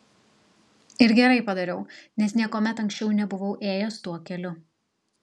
ir gerai padariau nes niekuomet anksčiau nebuvau ėjęs tuo keliu